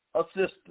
assistance